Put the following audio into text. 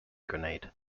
grenade